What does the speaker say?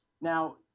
now